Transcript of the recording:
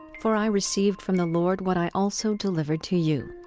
for i received from the lord what i also deliver to you,